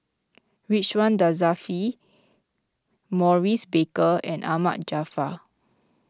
Ridzwan Dzafir Maurice Baker and Ahmad Jaafar